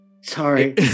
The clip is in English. Sorry